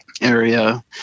area